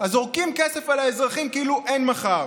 אז זורקים כסף על האזרחים כאילו אין מחר.